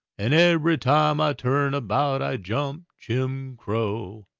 and ebery time i turn about i jump jim crow,